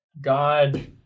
God